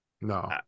No